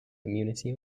community